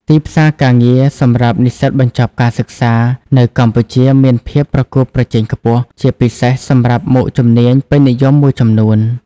ទីផ្សារការងារសម្រាប់និស្សិតបញ្ចប់ការសិក្សានៅកម្ពុជាមានភាពប្រកួតប្រជែងខ្ពស់ ជាពិសេសសម្រាប់មុខជំនាញពេញនិយមមួយចំនួន។